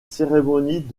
cérémonies